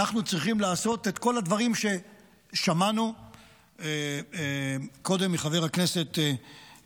אנחנו צריכים לעשות את כל הדברים ששמענו קודם מחבר הכנסת